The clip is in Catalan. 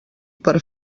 per